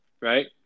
right